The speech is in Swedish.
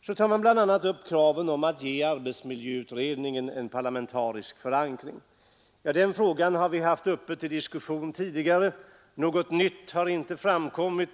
ställs bl.a. kravet att miljöutredningen skall ges en parlamentarisk förankring. Den frågan har vi haft uppe till diskussion tidigare, och något nytt har inte framkommit.